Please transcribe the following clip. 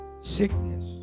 sickness